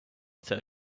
tell